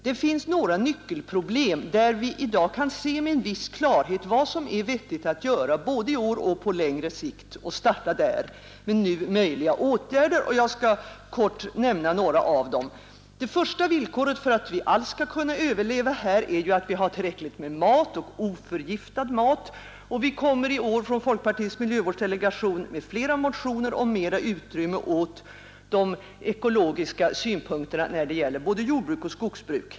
Det finns några nyckelproblem, där vi i dag kan se med en viss klarhet vad som är vettigt att göra både i år och på längre sikt, och vi bör starta där med nu möjliga åtgärder. Jag skall helt kort nämna några av dem. Första villkoret för att vi alls skall kunna överleva är att vi har tillräckligt med mat — och oförgiftad mat. Vi kommer i år från folkpartiets miljövårdsdelegation med flera motioner om mera utrymme åt de ekologiska synpunkterna när det gäller både jordbruk och skogsbruk.